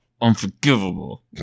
Unforgivable